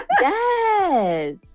Yes